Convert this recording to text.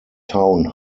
town